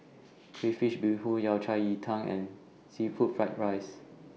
Crayfish Beehoon Yao Cai Ji Tang and Seafood Fried Rice